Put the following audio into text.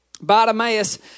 Bartimaeus